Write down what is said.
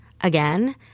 again